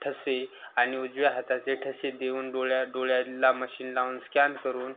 ठसे आणि उजव्या हाताचे ठसे देऊन डोळ्या डोळ्याला मशिन लावून स्क्यान करून